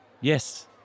Yes